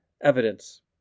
evidence